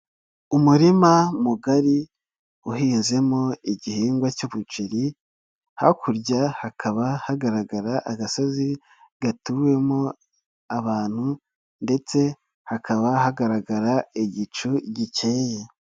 Umurima mugari uhinzemo igihingwa cy'umuceri, hakurya hakaba hagaragara agasozi gatuwemo abantu ndetse hakaba hagaragara igicu gikeye.